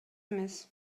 эмес